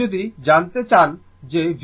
তো যদি জানতে চান যে Vs কি হবে